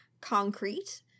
concrete